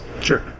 Sure